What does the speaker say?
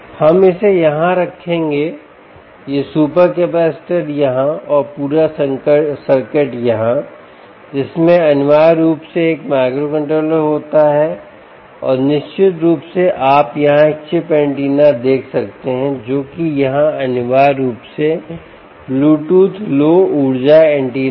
हम इसे यहां रखेंगे यह सुपर कैपेसिटर यहां और पूरा सर्किट यहां जिसमें अनिवार्य रूप से एक माइक्रोकंट्रोलर होता है और निश्चित रूप से आप यहां एक चिप एंटीना देख सकते हैं जो कि यहां अनिवार्य रूप से ब्लूटूथ लो ऊर्जा एंटीना है